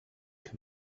can